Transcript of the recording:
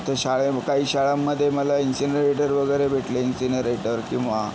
तर शाळे काही शाळांमध्ये मला इन्सिनरेटर वगैरे भेटले इन्सिनरेटर किंवा